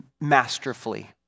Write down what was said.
masterfully